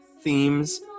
themes